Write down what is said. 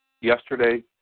yesterday